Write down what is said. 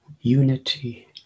unity